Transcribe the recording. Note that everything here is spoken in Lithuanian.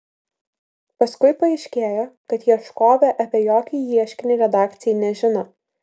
paskui paaiškėjo kad ieškovė apie jokį ieškinį redakcijai nežino